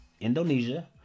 Indonesia